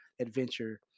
adventure